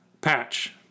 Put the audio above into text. patch